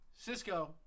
Cisco